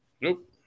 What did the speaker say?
Nope